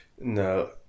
No